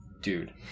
dude